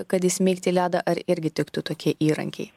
kad įsmeigt į ledą ar irgi tiktų tokie įrankiai